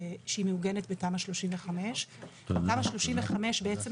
שהיא מעוגנת בתמ"א 35. תמ"א 35 בעצם,